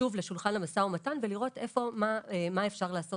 שוב לשולחן המשא ומתן ולראות מה אפשר לעשות